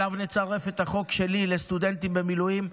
שאליו נצרף את החוק שלי לסטודנטים במילואים.